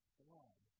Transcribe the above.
blood